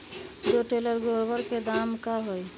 दो टेलर गोबर के दाम का होई?